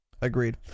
agreed